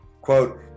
quote